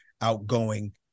outgoing